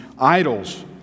idols